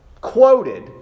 quoted